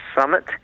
Summit